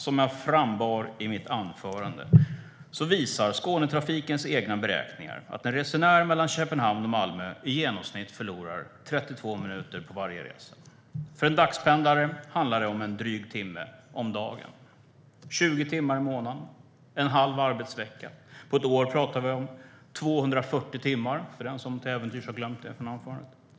Som jag frambar i mitt anförande visar Skånetrafikens egna beräkningar att en resenär mellan Köpenhamn och Malmö förlorar i genomsnitt 32 minuter på varje resa. För en dagspendlare handlar det om en dryg timme om dagen, 20 timmar i månaden, en halv arbetsvecka. På ett år pratar vi om 240 timmar - för den som till äventyrs har glömt vad jag sa i mitt anförande.